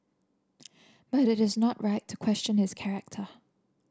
but it is not right to question his character